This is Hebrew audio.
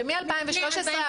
שמ-2013,